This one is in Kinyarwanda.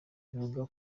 bivugwa